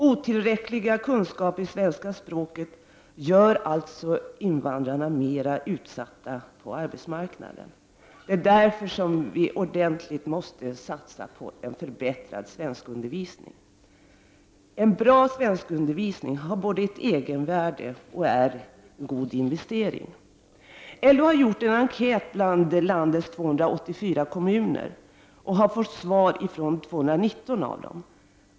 Otillräckliga kunskaper i svenska språket gör alltså invandrarna mera utsatta på arbetsmarknaden. Därför måste vi satsa ordentligt på en förbättrad svenskundervisning. En bra svenskundervisning har ett egenvärde och utgör en god investering. LO har gjort en enkät bland landets 284 kommuner och har fått svar från 219 av dem.